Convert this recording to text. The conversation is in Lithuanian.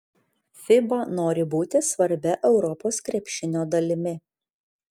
fiba nori būti svarbia europos krepšinio dalimi